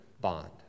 bond